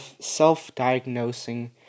self-diagnosing